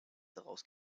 daraus